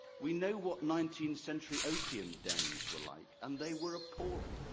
we know what nineteenth century opium dens where like, and they were appalling.